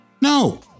No